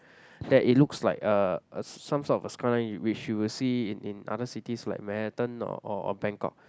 that it looks like a a some sort of a skyline which you will see in in other cities like Manhattan or or or Bangkok